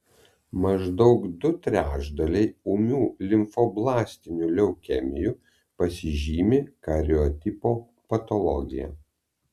maždaug du trečdaliai ūmių limfoblastinių leukemijų pasižymi kariotipo patologija